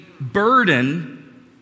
burden